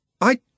I